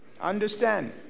Understand